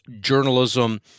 Journalism